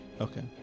okay